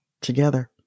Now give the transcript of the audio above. together